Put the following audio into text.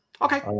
Okay